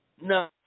No